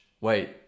Wait